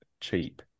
cheap